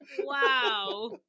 Wow